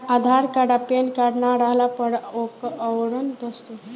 आधार card आ PAN card ना रहला पर अउरकवन दस्तावेज चली?